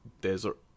desert